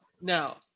now